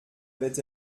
avait